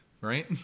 Right